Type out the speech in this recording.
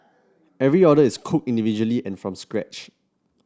every order is cooked individually and from scratch